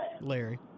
Larry